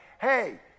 hey